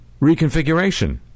reconfiguration